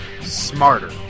Smarter